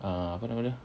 ah apa nama tu